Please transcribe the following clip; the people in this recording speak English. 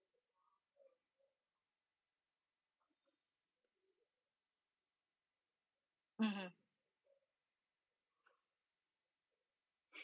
mmhmm